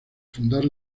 fundar